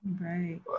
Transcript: Right